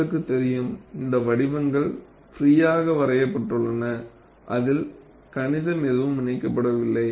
உங்களுக்கு தெரியும் இந்த வடிவங்கள் ஃப்ரீயாக வரையப்பட்டுள்ளன அதில் கணிதம் எதுவும் இணைக்கப்படவில்லை